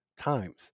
times